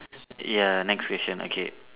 ya next question okay